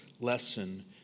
lesson